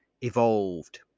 evolved